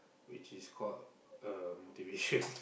which is called uh motivation